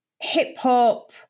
hip-hop